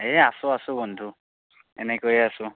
এ আছোঁ আছোঁ বন্ধু এনেকৈয়ে আছোঁ